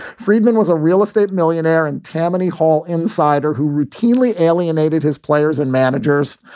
friedman was a real estate millionaire and tammany hall insider who routinely alienated his players and managers.